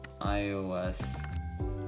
iOS